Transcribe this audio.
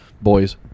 Boys